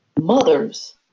mothers